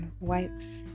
wipes